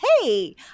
hey